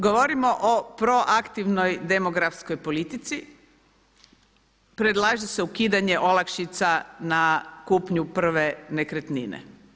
Govorimo o proaktivnoj demografskoj politici, predlaže se ukidanje olakšica na kupnju prve nekretnine.